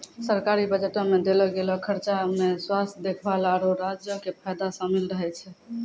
सरकारी बजटो मे देलो गेलो खर्चा मे स्वास्थ्य देखभाल, आरु राज्यो के फायदा शामिल रहै छै